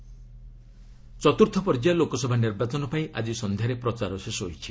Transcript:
election ଚତ୍ରୁର୍ଥ ପର୍ଯ୍ୟାୟ ଲୋକସଭା ନିର୍ବାଚନ ପାଇଁ ଆଜି ସନ୍ଧ୍ୟାରେ ପ୍ରଚାର ଶେଷ ହୋଇଛି